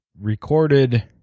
recorded